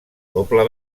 doble